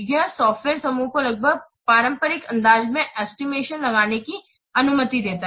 यह सॉफ्टवेयर समूह को लगभग पारंपरिक अंदाज में एस्टिमेशन लगाने की अनुमति देता है